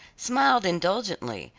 smiled indulgently,